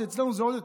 אצלנו זה עוד יותר.